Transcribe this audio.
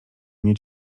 mnie